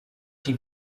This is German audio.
die